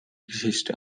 geschichte